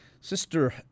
Sister